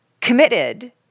committed